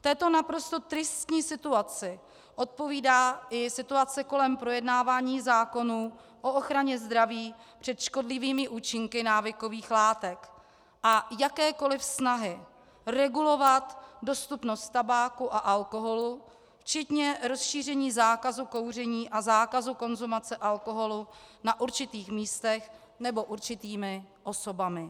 Této naprosto tristní situaci odpovídá i situace kolem projednávání zákonů o ochraně zdraví před škodlivými účinky návykových látek a jakékoliv snahy regulovat dostupnost tabáku a alkoholu včetně rozšíření zákazu kouření a zákazu konzumace alkoholu na určitých místech nebo určitými osobami.